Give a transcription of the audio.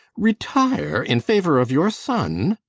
retire in favour of your son!